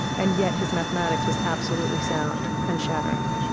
and yet his mathematics was absolutely sound and shattering.